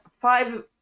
five